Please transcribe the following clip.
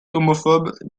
homophobe